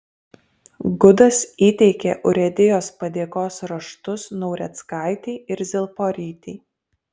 gudas įteikė urėdijos padėkos raštus naureckaitei ir zilporytei